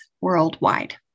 worldwide